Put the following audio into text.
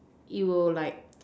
it will like